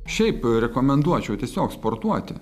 šiaip rekomenduočiau tiesiog sportuoti